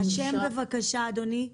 השם בבקשה אדוני.